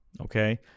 okay